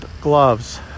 gloves